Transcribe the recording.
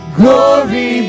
glory